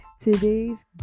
Today's